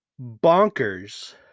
bonkers